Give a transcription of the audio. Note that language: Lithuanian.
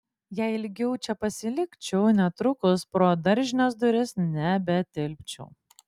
jei ilgiau čia pasilikčiau netrukus pro daržinės duris nebetilpčiau